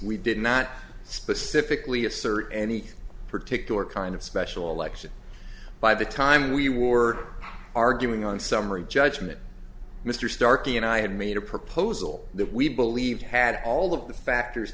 we did not specifically assert any particular kind of special election by the time we wore arguing on summary judgment mr starkey and i had made a proposal that we believe had all of the factors